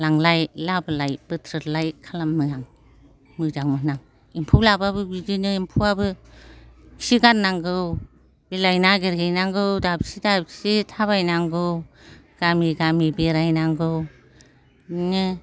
लांलाय लाबोनाय बोथ्रोदनाय खालामो आं मोजां मोनो आं एम्फौ लाबाबो बिदिनो खि गारनांगौ बिलाइ नागिरहैनांगौ दाबसे दाबसे थाबायनांगौ गामि गामि बेरायनांगौ बिदिनो